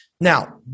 Now